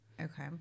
Okay